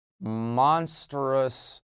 monstrous